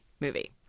movie